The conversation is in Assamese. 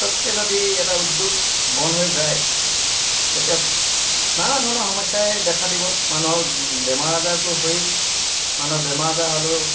পটককৈ যদি এটা উদ্যোগ বন্ধ হৈ যায় তেতিয়া নানা ধৰণৰ সমস্যাই দেখা দিব মানুহৰ বেমাৰ আজাৰটো হয়ে মানুহৰ বেমাৰ আজাৰ হ'লেও